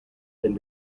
been